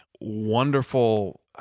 wonderful